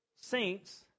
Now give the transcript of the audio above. saints